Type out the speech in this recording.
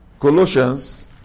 Colossians